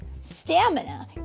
Stamina